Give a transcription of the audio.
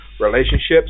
relationships